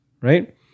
right